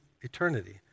eternity